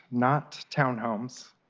not townhomes.